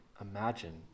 imagine